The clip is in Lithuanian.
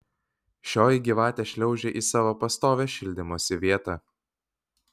šioji gyvatė šliaužė į savo pastovią šildymosi vietą